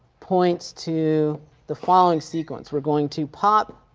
points to the following sequence. we're going to pop